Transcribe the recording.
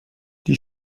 die